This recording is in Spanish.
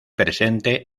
presente